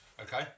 Okay